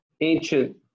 ancient